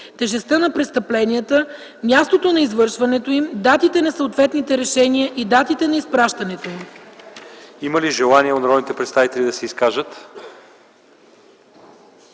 тежестта на престъпленията, мястото на извършването им, датите на съответните решения и датите на изпращането им.”